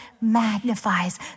magnifies